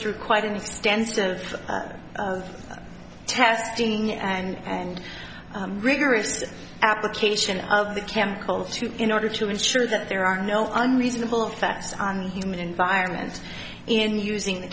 through quite an extensive testing and rigorous application of the chemical to in order to ensure that there are no unreasonable facts on human environment in using the